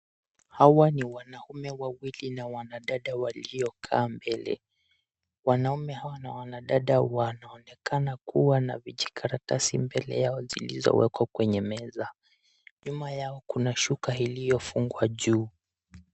Hawa ni wanaume wawili na wanadada waliokaa mbele. Wanaume hawa na wanadada wanaonekana kuwa na vijikaratasi mbele yao zilizowekwa kwenye meza. Nyuma yao kuna shuka iliofungwa juu.